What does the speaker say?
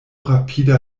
rapida